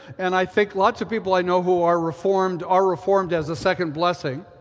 and i think lots of people i know who are reformed are reformed as a second blessing.